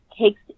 takes